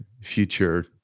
future